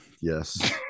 Yes